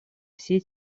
всей